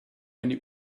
eine